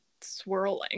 swirling